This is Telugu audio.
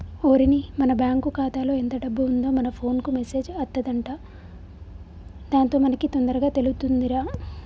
ఓరిని మన బ్యాంకు ఖాతాలో ఎంత డబ్బు ఉందో మన ఫోన్ కు మెసేజ్ అత్తదంట దాంతో మనకి తొందరగా తెలుతుందిరా